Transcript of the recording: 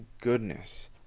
goodness